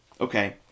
Okay